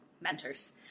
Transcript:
mentors